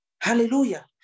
Hallelujah